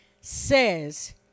says